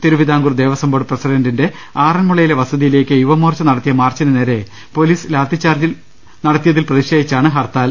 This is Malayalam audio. തിരുവിതാംകൂർ ദേവസ്വം ബോർഡ് പ്രസിഡന്റിന്റെ ആറന്മുളയിലെ വസതി യിലേക്ക് യുവമോർച്ച നടത്തിയ മാർച്ചിന് നേരെ പോലീസ് ലാത്തി ചാർജിൽ പ്രതി ഷേധിച്ചാണ് ഹർത്താൽ